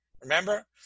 remember